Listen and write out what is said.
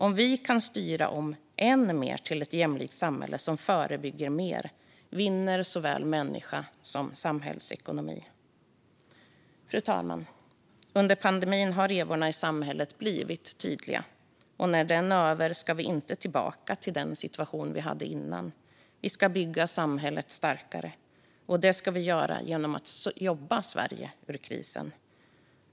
Såväl människor som samhällsekonomi vinner på om vi kan styra om än mer till ett jämlikt samhälle som förebygger mer. Fru talman! Under pandemin har revorna i samhället blivit tydliga, och när den är över ska vi inte tillbaka till den situation vi hade innan. Vi ska bygga samhället starkare, och det ska vi göra genom att jobba Sverige ur krisen.